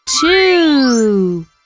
two